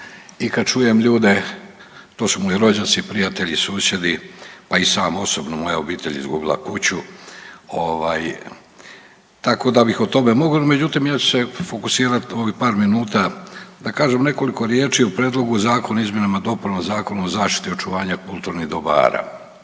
i kad čujem ljude, to su moji rođaci, prijatelji i susjedi, pa i sam osobno, moja obitelj je izgubila kuću, ovaj tako da bih o tome mogao, međutim ja ću se fokusirat ovih par minuta da kažem nekoliko riječi o prijedlogu zakona o izmjenama i dopunama Zakona o zaštiti očuvanja kulturnih dobara.